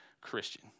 Christian